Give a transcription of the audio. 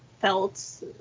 felt